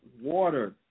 water